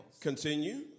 Continue